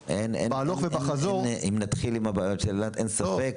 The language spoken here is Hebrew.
הלוך וחזור --- אם נתחיל עם הבעיות של אילת אין ספק,